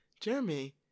Jeremy